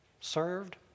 served